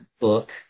book